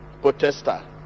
protester